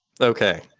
Okay